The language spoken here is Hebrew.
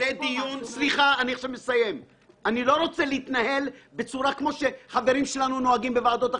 אני לא רוצה להתנהל כמו שחברים שלנו נוהגים בוועדות אחרות,